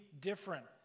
different